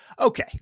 Okay